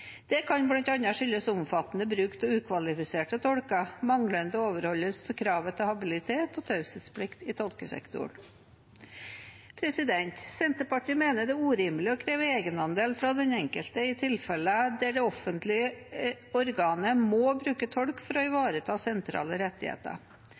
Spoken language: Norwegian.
Det kan bl.a. skyldes omfattende bruk av ukvalifiserte tolker og manglende overholdelse av kravet til habilitet og taushetsplikt i tolkesektoren. Senterpartiet mener det er urimelig å kreve egenandel fra den enkelte i tilfeller der det offentlige organet må bruke tolk for å